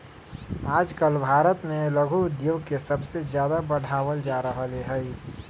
आजकल भारत में लघु उद्योग के सबसे ज्यादा बढ़ावल जा रहले है